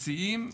מסיעים,